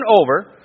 over